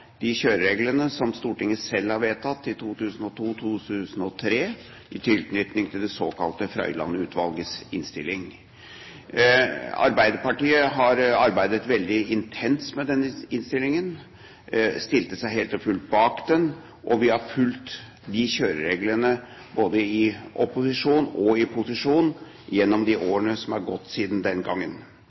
de kjørereglene som Stortinget selv har vedtatt, i 2002–2003, i tilknytning til det såkalte Frøiland-utvalgets innstilling. Arbeiderpartiet arbeidet veldig intenst med denne innstillingen, stilte seg helt og fullt bak den, og vi har fulgt disse kjørereglene, både i opposisjon og i posisjon, gjennom de årene som er gått siden den